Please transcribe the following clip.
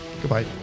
goodbye